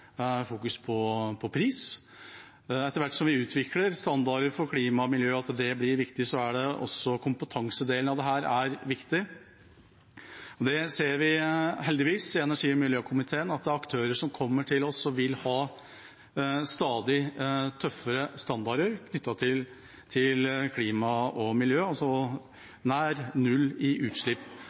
på pris. Etter hvert som vi utvikler standarder for klima og miljø, og at det blir viktig, er også kompetansedelen av dette viktig. I energi- og miljøkomiteen ser vi heldigvis at det er aktører som kommer til oss og vil ha stadig tøffere standarder knyttet til klima og miljø, altså nær null i utslipp,